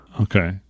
okay